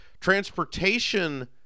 Transportation